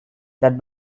that